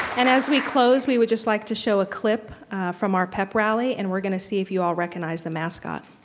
and as we close, we would just like to show a clip from our pep rally and we're gonna see if you all recognize the mascot.